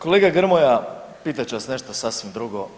Kolega Grmoja, pitat ću vas nešto sasvim drugo.